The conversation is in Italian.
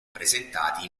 presentati